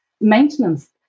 Maintenance